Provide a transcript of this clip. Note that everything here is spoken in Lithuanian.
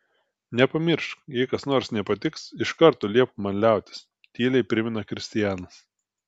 nepamiršk jei kas nors nepatiks iš karto liepk man liautis tyliai primena kristianas